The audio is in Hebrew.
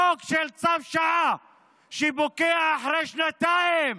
חוק של צו שעה שפוקע אחרי שנתיים,